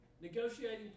Negotiating